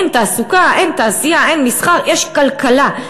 אין תעסוקה, אין תעשייה, אין מסחר, יש כלכלה.